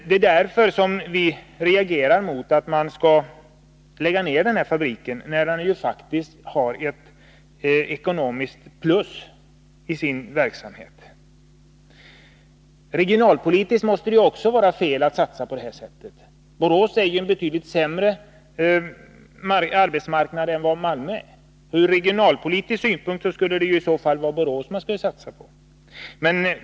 Det är därför som vi reagerar mot att man skall lägga ned den här fabriken, när den faktiskt har ett ekonomiskt plus i sin verksamhet. Regionalpolitiskt måste det också vara fel att satsa på det här sättet. Borås har en betydligt sämre arbetsmarknad än Malmö. Ur regionalpolitisk synpunkt borde det i så fall vara Borås man satsade på.